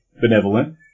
benevolent